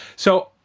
so,